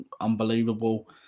unbelievable